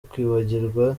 kwibagirwa